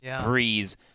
Breeze